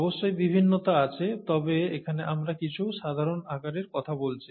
অবশ্যই বিভিন্নতা আছে তবে এখানে আমরা কিছু সাধারণ আকারের কথা বলছি